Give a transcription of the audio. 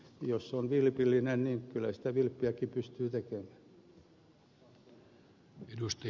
jos on vilpillinen niin kyllä sitä vilppiäkin pystyy tekemään